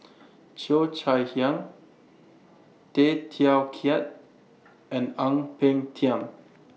Cheo Chai Hiang Tay Teow Kiat and Ang Peng Tiam